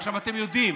עכשיו, אתם יודעים,